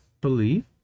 believe